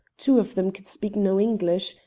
two of them could speak no english,